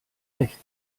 rechts